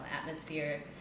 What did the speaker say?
atmosphere